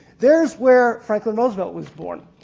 there's where franklin roosevelt was born.